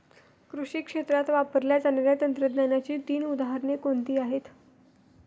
कृषी क्षेत्रात वापरल्या जाणाऱ्या तंत्रज्ञानाची तीन उदाहरणे कोणती आहेत?